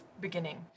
beginning